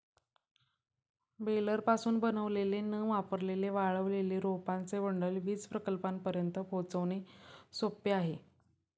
बेलरपासून बनवलेले न वापरलेले वाळलेले रोपांचे बंडल वीज प्रकल्पांपर्यंत पोहोचवणे सोपे आहे